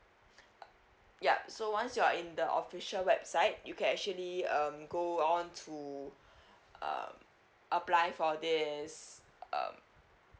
yup so once you're in the official website you can actually um go on to um apply for this um